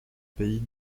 pays